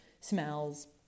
smells